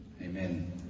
amen